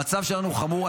המצב שלנו הוא חמור,